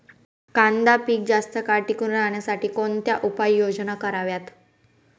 कांदा पीक जास्त काळ टिकून राहण्यासाठी कोणत्या उपाययोजना कराव्यात?